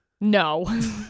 No